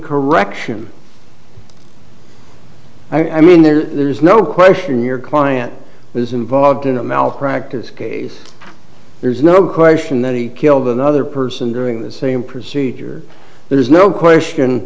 correction i mean there's no question your client was involved in a malpractise case there's no question that he killed another person during the same procedure there is no question